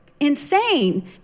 insane